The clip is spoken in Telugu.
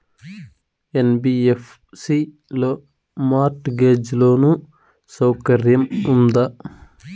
యన్.బి.యఫ్.సి లో మార్ట్ గేజ్ లోను సౌకర్యం ఉందా?